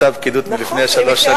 אותה פקידות מלפני שלוש שנים,